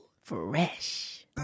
Fresh